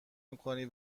میکنی